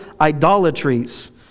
idolatries